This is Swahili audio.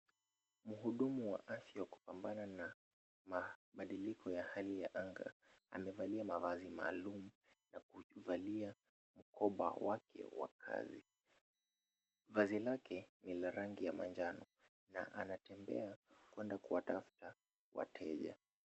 Mhudumu wa afya awa kupambana na mabadaliko ya hali ya anga amevalia mavazi maalum na kuvalia mkoba wake wa kazi. Vazi lake ni la rangi ya manjano na anatembea kuenda kutafuta wateja.